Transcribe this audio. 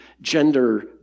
gender